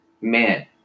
man